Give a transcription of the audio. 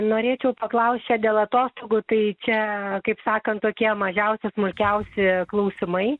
norėčiau paklaust čia dėl atostogų tai čia kaip sakant tokie mažiausi smulkiausi klausimai